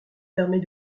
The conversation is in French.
permet